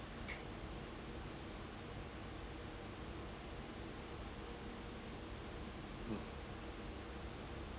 mm